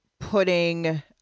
putting